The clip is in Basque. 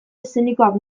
eszenikoak